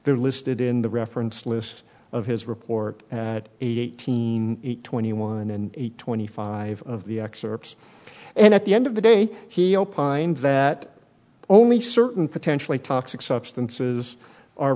they're listed in the reference list of his report at eighteen twenty one and a twenty five of the excerpts and at the end of the day he opined that only certain potentially toxic substances are